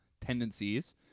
tendencies